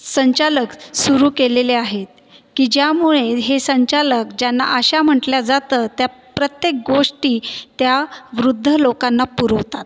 संचालक सुरु केलेले आहेत की ज्यामुळे हे संचालक ज्यांना आशा म्हटलं जातं त्या प्रत्येक गोष्टी त्या वृद्ध लोकांना पुरवतात